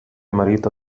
marito